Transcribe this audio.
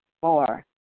Four